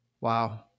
Wow